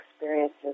experiences